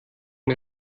wir